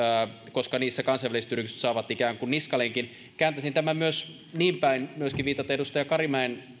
koska niissä kansainväliset yritykset saavat ikään kuin niskalenkin kääntäisin tämän myös niinpäin myöskin viitaten edustaja karimäen